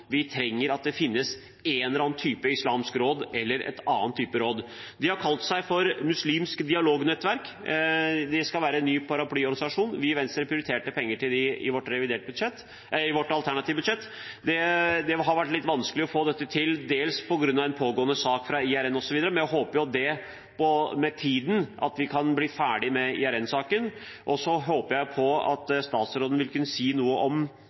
vi trenger at det finnes en eller annen type islamsk råd eller en annen type råd. Utbryterne har kalt seg Muslimsk Dialognettverk Norge, og de skal være en ny paraplyorganisasjon. Vi i Venstre prioriterte penger til dem i vårt alternative budsjett. Det har vært litt vanskelig å få dette til, dels på grunn av en pågående sak fra IRN osv., men jeg håper jo at vi med tiden kan bli ferdig med IRN-saken. Jeg håper at statsråden vil kunne si om